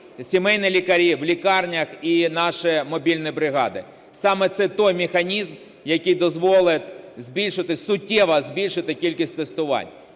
сімейні лікарі, в лікарнях і наші мобільні бригади. Саме це той механізм, який дозволить суттєво збільшити кількість тестувань.